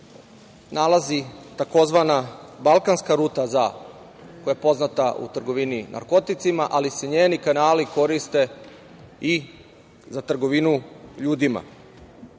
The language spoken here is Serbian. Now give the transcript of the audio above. nalazi tzv. balkanska ruta za, koja je poznata u trgovini narkoticima, ali se njeni kanali koriste i za trgovinu ljudima.S